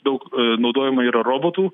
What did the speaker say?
daug naudojama yra robotų